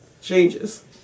changes